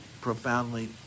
profoundly